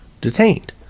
detained